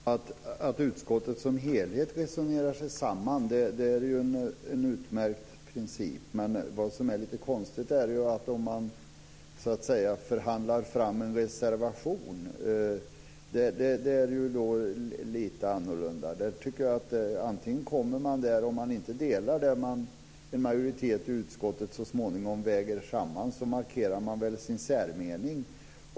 Fru talman! Att utskottet som helhet resonerar sig samman är ju en utmärkt princip. Men det är ju lite konstigt att man förhandlar fram en reservation. Det är lite annorlunda. Om man inte delar det en majoritet i utskottet väger samman, markerar man väl sin särmening.